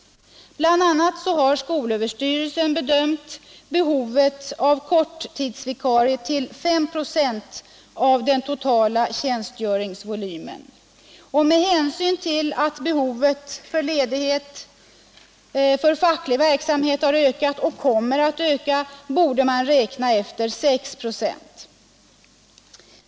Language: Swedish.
Bl. a. har skolöverstyrelsen bedömt behovet av korttidsvikarier till 5 96 av den totala tjänstgöringsvolymen. Med hänsyn till att behovet av ledighet för facklig verksamhet har ökat och kommer att öka borde man räkna efter 6 96.